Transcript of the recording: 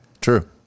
true